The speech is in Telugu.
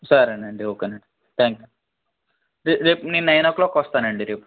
సరేనండి ఓకేనండి త్యాంక్ యూ రేప్ రేపు నేను నైన్ ఓ క్లాక్కి వస్తానండి రేపు